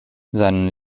seinen